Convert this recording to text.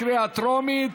קריאה טרומית.